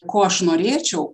ko aš norėčiau